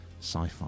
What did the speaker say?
sci-fi